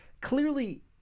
clearly